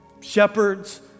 shepherds